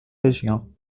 régions